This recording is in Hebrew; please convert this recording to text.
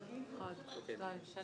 הרביזיה (34)